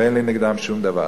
ואין לי נגדם שום דבר.